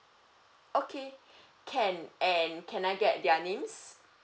okay can and can I get their names